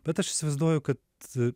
bet aš įsivaizduoju kad